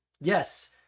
yes